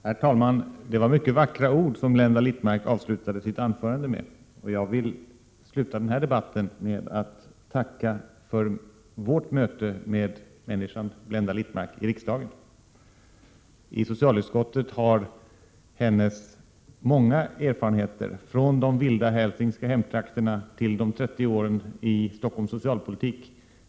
Herr talman! Det var många vackra ord som Blenda Littmarck avslutade sitt anförande med. Jag vill avsluta denna debatt med att tacka för vårt möte med människan Blenda Littmarck i riksdagen. I socialutskottet har hennes många erfarenheter från de vilda hälsingska hemtrakterna till de 30 åren i Stockholms socialpolitik varit av stort värde.